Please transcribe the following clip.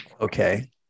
Okay